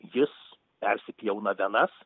jis persipjauna venas